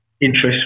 interest